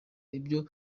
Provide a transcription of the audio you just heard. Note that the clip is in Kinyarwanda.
ibyo